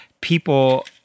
people